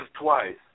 twice